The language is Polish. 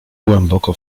głęboko